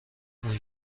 اون